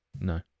No